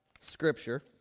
scripture